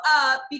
up